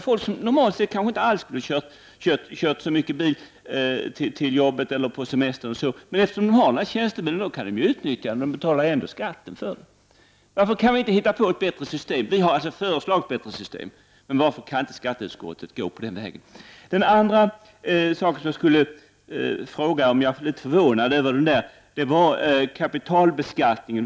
Folk som normalt inte alls kör så mycket bil till jobbet eller på semestern utnyttjar förmånen, eftersom de ändå har bilen i tjänsten och då måste betala skatt för privat utnyttjande. Varför kan vi inte hitta på ett bättre system? Vi har föreslagit ett bättre system, men varför kan inte skatteutskottet anta det? Den andra saken gäller kapitalbeskattningen.